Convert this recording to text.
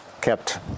kept